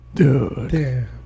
Dude